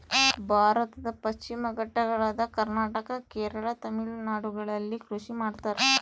ಭಾರತದ ಪಶ್ಚಿಮ ಘಟ್ಟಗಳಾದ ಕರ್ನಾಟಕ, ಕೇರಳ, ತಮಿಳುನಾಡುಗಳಲ್ಲಿ ಕೃಷಿ ಮಾಡ್ತಾರ?